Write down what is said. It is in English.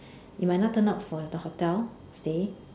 you might not turn up for the hotel stay